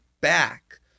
back